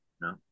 No